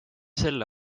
selle